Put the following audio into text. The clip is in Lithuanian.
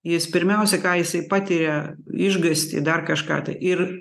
jis pirmiausia ką jisai patiria išgąstį dar kažką ir